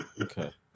Okay